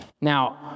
Now